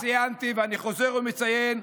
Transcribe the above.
כפי שציינתי, ואני חוזר ומציין,